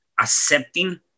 accepting